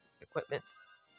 equipments